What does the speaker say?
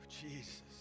Jesus